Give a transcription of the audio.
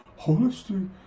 holistic